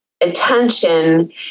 attention